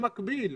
במקביל,